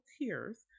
tears